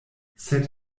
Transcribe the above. sed